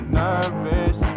nervous